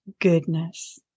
goodness